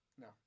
No